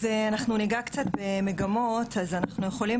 אז אנחנו ניגע קצת במגמות אז אנחנו יכולים